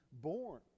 born